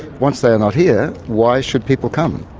once they are not here, why should people come?